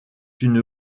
une